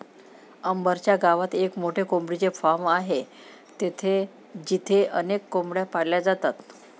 अंबर च्या गावात एक मोठे कोंबडीचे फार्म आहे जिथे अनेक कोंबड्या पाळल्या जातात